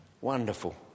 Wonderful